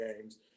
games